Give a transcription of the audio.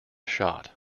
shot